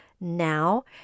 now